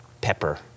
pepper